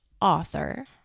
author